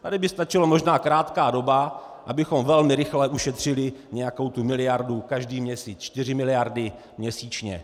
Tady by stačila možná krátká doba, abychom velmi rychle ušetřili nějakou tu miliardu, každý měsíc čtyři miliardy, měsíčně.